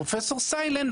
פרופ' סיילן,